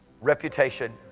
reputation